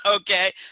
okay